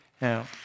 now